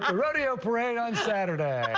um rodeo parade on friday.